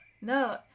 No